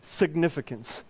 significance